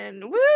Woo